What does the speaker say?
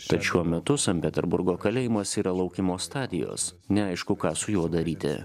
tad šiuo metu sankt peterburgo kalėjimas yra laukimo stadijos neaišku ką su juo daryti